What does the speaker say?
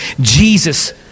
Jesus